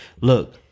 look